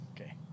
Okay